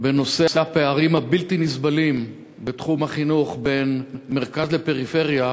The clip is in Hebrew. בנושא הפערים הבלתי-נסבלים בתחום החינוך בין מרכז לפריפריה,